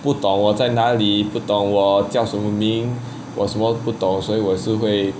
不懂我在哪里不懂我叫什么名我什么都不懂所以我也是会